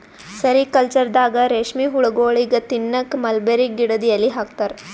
ಸೆರಿಕಲ್ಚರ್ದಾಗ ರೇಶ್ಮಿ ಹುಳಗೋಳಿಗ್ ತಿನ್ನಕ್ಕ್ ಮಲ್ಬೆರಿ ಗಿಡದ್ ಎಲಿ ಹಾಕ್ತಾರ